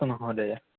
अस्तु महोदय